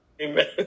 Amen